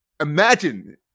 imagine